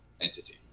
entity